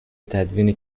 تدوین